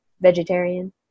vegetarian